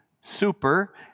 super